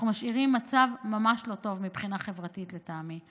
אנחנו משאירים מצב ממש לא טוב מבחינה חברתית לטעמי.